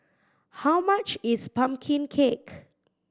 how much is pumpkin cake